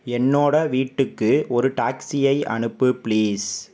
என்னோட வீட்டுக்கு ஒரு டாக்ஸியை அனுப்பு பிளீஸ்